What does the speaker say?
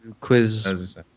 Quiz